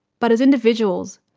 but as individuals,